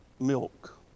milk